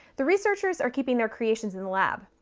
the researchers are keeping their creations in the lab,